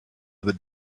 other